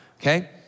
Okay